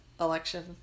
election